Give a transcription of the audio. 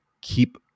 keep